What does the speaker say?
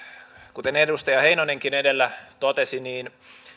kuten edustaja heinonenkin edellä totesi